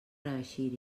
reeixir